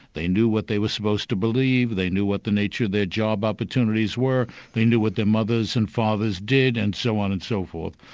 they knew what they were supposed to believe, they knew what the nature of their job opportunities were, they knew what their mothers and fathers did and so on and so forth.